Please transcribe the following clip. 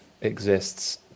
exists